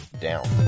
down